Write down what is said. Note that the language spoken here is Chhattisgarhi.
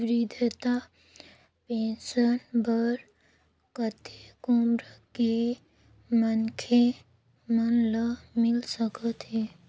वृद्धा पेंशन बर कतेक उम्र के मनखे मन ल मिल सकथे?